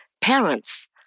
parents